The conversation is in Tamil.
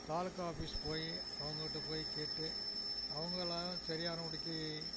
தாலுகா ஆஃபீஸ் போய் அவங்ககிட்டே போய் கேட்டு அவங்களாலும் சரியான படிக்கி